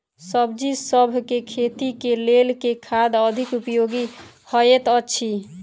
सब्जीसभ केँ खेती केँ लेल केँ खाद अधिक उपयोगी हएत अछि?